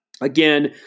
Again